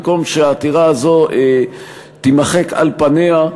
במקום שהעתירה הזו תימחק על פניה,